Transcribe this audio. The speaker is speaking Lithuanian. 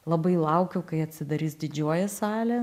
labai laukiu kai atsidarys didžioji salė